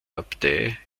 abtei